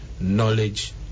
knowledge